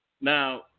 Now